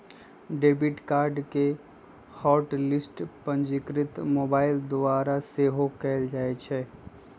debit card के hot list पंजीकृत mobile द्वारा सेहो कएल जाइ छै